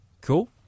Cool